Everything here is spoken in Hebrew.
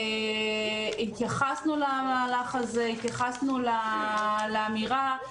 התייחסנו למהלך הזה, התייחסנו לאמירה.